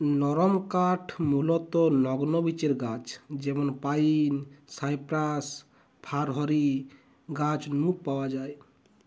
নরমকাঠ মূলতঃ নগ্নবীজের গাছ যেমন পাইন, সাইপ্রাস, ফার হারি গাছ নু পাওয়া যায়